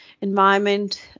environment